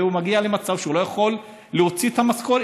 והוא מגיע למצב שהוא לא יכול להוציא את המשכורת,